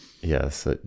Yes